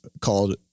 called